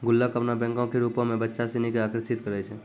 गुल्लक अपनो बैंको के रुपो मे बच्चा सिनी के आकर्षित करै छै